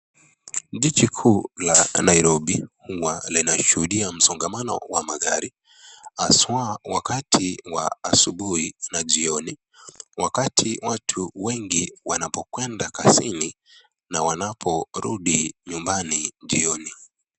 Jiji kuu la Nairobi uwa linashuhudia msongamano wa magari, haswa wakati wa asubuhi na jioni. Wakati watu wengi wanapo kwenda kazini na wanaporudi nyumbani jioni.